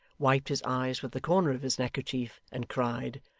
wiped his eyes with the corner of his neckerchief, and cried,